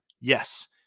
Yes